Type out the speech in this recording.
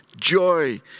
Joy